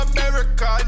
America